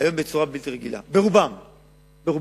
בצורה בלתי רגילה, רובם הגדול.